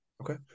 Okay